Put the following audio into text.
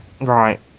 Right